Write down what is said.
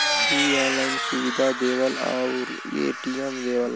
इ ऑनलाइन सुविधा देवला आउर ए.टी.एम देवला